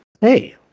hey